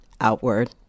outward